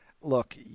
look